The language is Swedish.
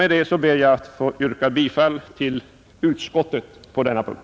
Med detta ber jag att få yrka bifall till utskottets hemställan på denna punkt.